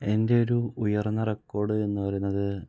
എൻ്റെ ഒരു ഉയർന്ന റെക്കോർഡ് എന്ന് പറയുന്നത്